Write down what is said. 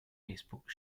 facebook